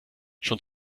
schon